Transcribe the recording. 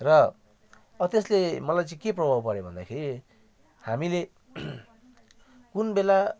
र अब चाहिँ त्यसले मलाई चाहिँ के प्रभाव पर्यो भन्दाखेरि हामीले कुन बेला